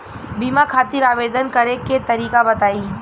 बीमा खातिर आवेदन करे के तरीका बताई?